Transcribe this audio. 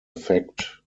effect